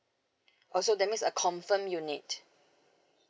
oh so that means a confirm unit